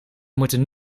moeten